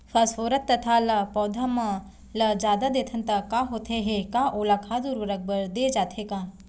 Phosphorus तथा ल पौधा मन ल जादा देथन त का होथे हे, का ओला खाद उर्वरक बर दे जाथे का?